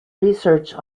research